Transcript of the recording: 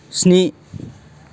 स्नि